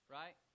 right